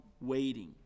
waiting